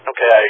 Okay